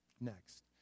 Next